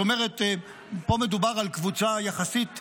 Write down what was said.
זאת אומרת, פה מדובר על קבוצה יחסית רחבה,